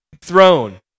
throne